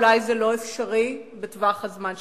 אולי זה לא אפשרי בטווח הזמן שלנו,